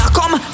come